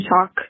talk